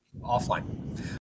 offline